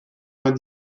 vingt